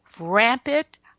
rampant